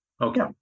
okay